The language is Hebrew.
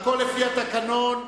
הכול לפי התקנון.